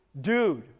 dude